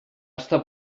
estar